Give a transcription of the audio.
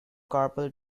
carpal